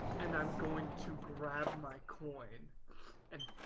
and i'm going to grab my coin and